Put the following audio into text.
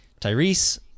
Tyrese